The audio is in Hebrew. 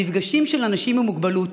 המפגשים של אנשים עם מוגבלות,